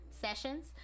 sessions